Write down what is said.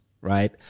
right